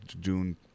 June